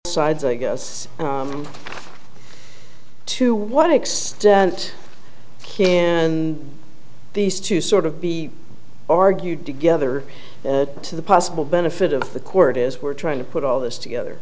sides i guess to what extent can these two sort of be argued together to the possible benefit of the court is we're trying to put all this together